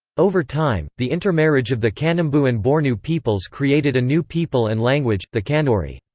over time, the intermarriage of the kanembu and bornu peoples created a new people and language, the kanuri.